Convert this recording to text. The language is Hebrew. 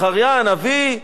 זכריה הנביא,